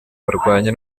barwanye